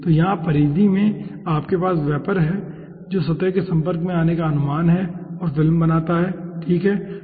तो यहाँ परिधि में आपके पास वेपर है जो सतह के संपर्क में आने का अनुमान है और फिल्म बनाता है ठीक है